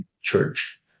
church